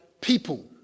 people